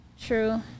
True